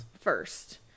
first